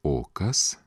o kas